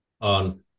on